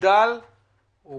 במחדל או